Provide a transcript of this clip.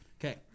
Okay